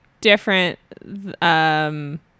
different